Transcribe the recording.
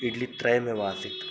इड्लि त्रयमेव आसीत्